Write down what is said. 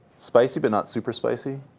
spicy but not super spicy,